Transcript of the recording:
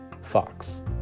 Fox